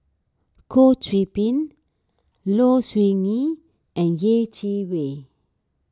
Goh Qiu Bin Low Siew Nghee and Yeh Chi Wei